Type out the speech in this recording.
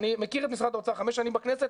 אני מכיר את משרד האוצר חמש שנים בכנסת,